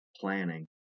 planning